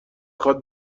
خواد